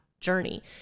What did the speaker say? journey